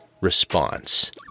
Response